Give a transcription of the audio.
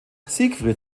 siegfried